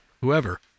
whoever